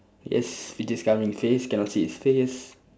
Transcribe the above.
yes which is covering his face cannot see his face